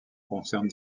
concerne